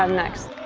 um next?